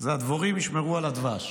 זה הדבורים ישמרו על הדבש.